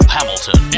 Hamilton